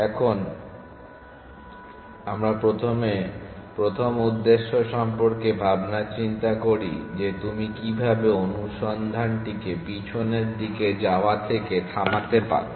এখন আমরা প্রথমে প্রথম উদ্দেশ্য সম্পর্কে ভাবনা চিন্তা করি যে তুমি কীভাবে অনুসন্ধানটিকে পিছনের দিকে যাওয়া থেকে থামাতে পারো